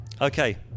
okay